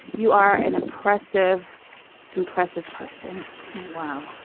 you are an impressive impressive person while